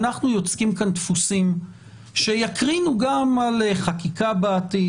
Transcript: אנחנו יוצקים כאן דפוסים שיקרינו גם על חקיקה בעתיד,